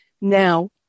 Now